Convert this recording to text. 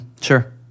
Sure